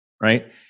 right